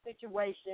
situation